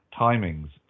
timings